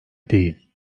değil